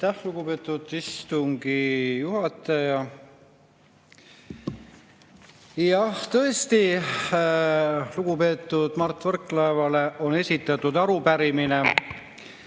lugupeetud istungi juhataja! Jah, tõesti, lugupeetud Mart Võrklaevale on esitanud arupärimise